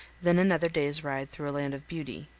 then another day's ride through a land of beauty.